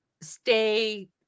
stay